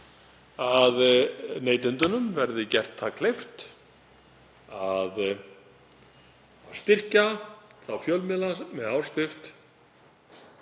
að neytendum verði gert kleift að styrkja þá fjölmiðla með áskrift,